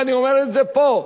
ואני אומר את זה פה,